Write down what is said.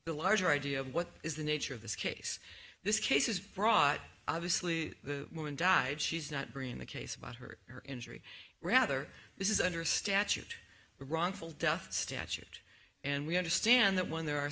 the larger idea of what is the nature of this case this case is brought obviously the woman died she's not bringing the case about her or her injury rather this is under statute the wrongful death statute and we understand that when there